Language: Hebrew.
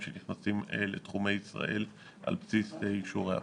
שנכנסים לתחומי ישראל על בסיס אישורי עבודה.